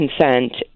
consent